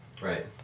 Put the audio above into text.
Right